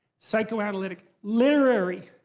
psychoanalytic. literary.